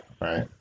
right